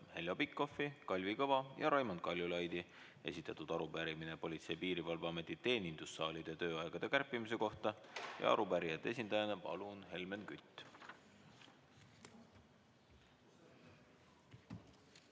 Heljo Pikhofi, Kalvi Kõva ja Raimond Kaljulaidi esitatud arupärimine Politsei‑ ja Piirivalveameti teenindussaalide tööaegade kärpimise kohta. Arupärijate esindajana, palun, Helmen Kütt!